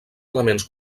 elements